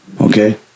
Okay